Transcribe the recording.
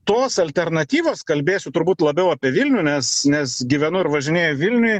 tos alternatyvos kalbėsiu turbūt labiau apie vilnių nes nes gyvenu ir važinėju vilniuj